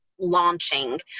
launching